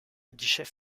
guichets